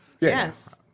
Yes